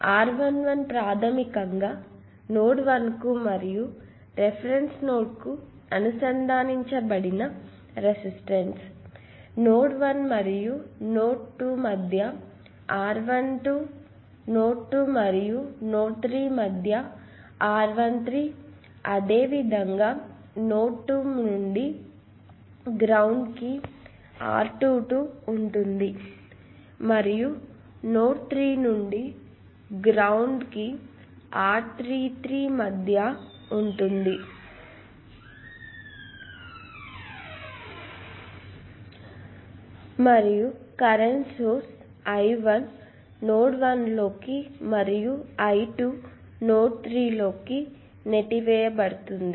R11 ప్రాథమికంగా node 1 కు మరియు రిఫరెన్స్ నోడ్ కు అనుసంధానించబడిన రెసిస్టన్స్ నోడ్ 1 మరియు 2 మధ్య R12 నోడ్ 2 మరియు 3 మధ్య R13 అదేవిధంగా నోడ్ 2 నుండి గ్రౌండ్ కి R22 ఉంటుంది మరియు నోడ్ 3 నుండి గ్రౌండ్ కి R33 మధ్య ఉంటుంది మరియు మొదలైనవి మరియు కరెంట్ సోర్స్ I1 నోడ్ 1 లోకి మరియు I3 కరెంట్ నోడ్ 3 లోకి నెట్టబడుతుంది